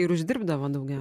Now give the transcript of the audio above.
ir uždirbdavo daugiau